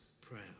prayer